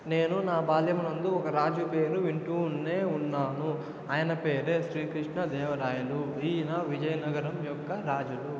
నేను నా బాల్యం నుండి ఒక రాజు పేరు వింటూనే ఉన్నాను ఆయన పేరే శ్రీకృష్ణదేవరాయలు ఈన విజయనగరం యొక్క రాజులు